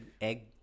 egg